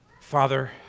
Father